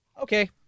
Okay